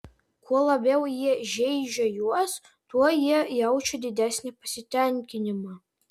kuo labiau jie žeidžia juos tuo jie jaučia didesnį pasitenkinimą